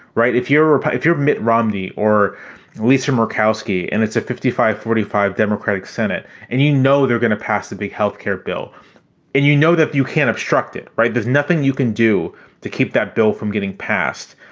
right. if you're or if you're mitt romney or lisa murkowski and it's a fifty five forty five democratic senate and, you know, they're going to pass the big health care bill and you know that you can't obstruct it. right. there's nothing you can do to keep that bill from getting passed.